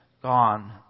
gone